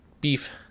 beef